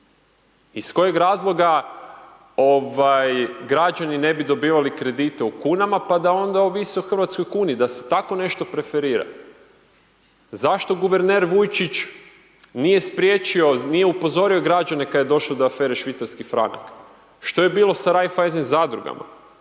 Iz kojeg razloga ovaj građani ne bi dobivali kredite u kunama pa da onda ovise o hrvatskoj kuni da se tako nešto preferira. Zašto guverner Vujčić nije spriječio nije upozorio građane kad je došlo do afere švicarski franak, što je bilo sa Reiffeisen zadrugama,